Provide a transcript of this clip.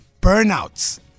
Burnouts